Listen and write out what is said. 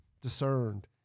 discerned